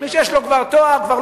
מי שיש לו כבר תואר במדעי החיים.